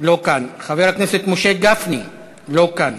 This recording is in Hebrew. לא כאן, חבר הכנסת משה גפני, לא כאן.